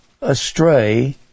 astray